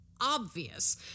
obvious